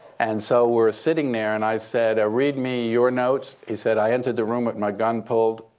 and so we're sitting there, and i said, read me your notes. he said, i entered the room with my gun pulled.